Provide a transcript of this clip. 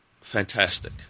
fantastic